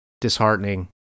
disheartening